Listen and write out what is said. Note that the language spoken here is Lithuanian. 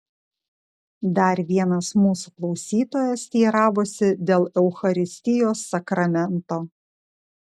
dar vienas mūsų klausytojas teiravosi dėl eucharistijos sakramento